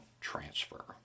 transfer